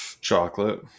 Chocolate